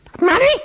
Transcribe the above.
Money